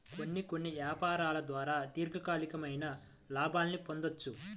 కొన్ని కొన్ని యాపారాల ద్వారా దీర్ఘకాలికమైన లాభాల్ని పొందొచ్చు